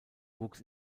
wuchs